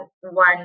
one